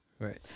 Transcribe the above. Right